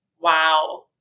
Wow